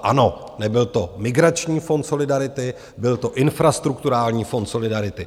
Ano, nebyl to migrační fond solidarity, byl to infrastrukturální fond solidarity.